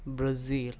Brazil